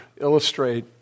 illustrate